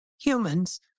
humans